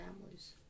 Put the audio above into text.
families